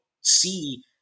see